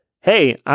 hey